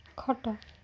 ଖଟ